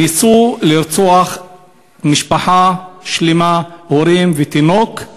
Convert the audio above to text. ניסו לרצוח משפחה שלמה, הורים ותינוק,